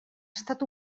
estat